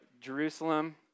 Jerusalem